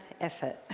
effort